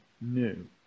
new